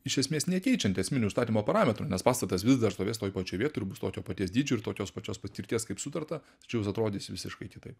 iš esmės nekeičiant esminių užstatymo parametrų nes pastatas vis dar stovės toj pačioj vietoj ir bus tokio paties dydžio ir tokios pačios paskirties kaip sutarta tačiau jis atrodys visiškai kitaip